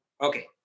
Okay